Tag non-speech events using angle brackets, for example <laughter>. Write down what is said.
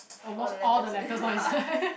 all the letters <laughs>